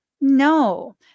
No